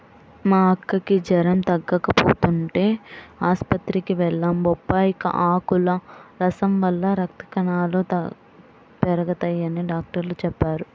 మా అక్కకి జెరం తగ్గకపోతంటే ఆస్పత్రికి వెళ్లాం, బొప్పాయ్ ఆకుల రసం వల్ల రక్త కణాలు పెరగతయ్యని డాక్టరు చెప్పారు